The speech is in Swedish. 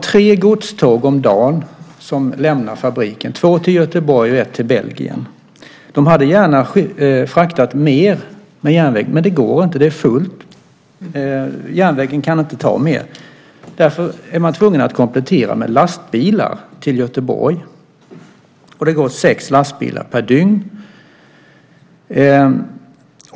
Tre godståg om dagen lämnar fabriken, två till Göteborg och ett till Belgien. De hade gärna fraktat mer med järnväg, men det går inte. Det är fullt - järnvägen kan inte ta mer. Därför är man tvungen att komplettera med lastbilar till Göteborg. Det går sex lastbilar per dygn.